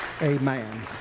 Amen